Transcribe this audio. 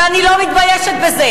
ואני לא מתביישת בזה.